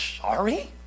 sorry